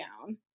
down